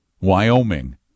Wyoming